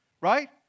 right